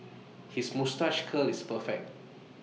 his moustache curl is perfect